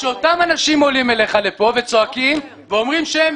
אותם אנשים עולים אליך לפה וצועקים ואומרים שהם